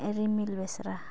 ᱨᱤᱢᱤᱞ ᱵᱮᱥᱨᱟ